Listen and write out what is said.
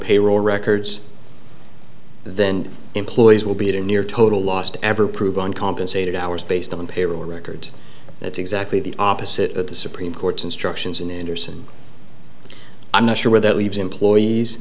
payroll records then employees will be at a near total loss to ever prove uncompensated hours based on payroll records that's exactly the opposite of the supreme court's instructions in andersen i'm not sure where that leaves employees